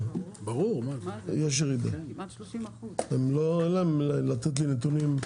אין להם לתת לי נתונים,